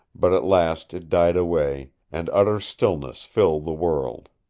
but at last it died away, and utter stillness filled the world.